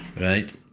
right